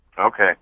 Okay